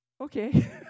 Okay